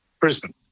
Brisbane